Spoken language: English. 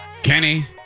Kenny